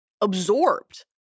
absorbed